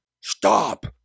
stop